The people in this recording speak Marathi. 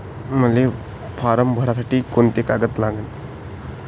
मले फारम भरासाठी कोंते कागद लागन?